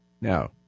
Now